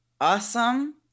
awesome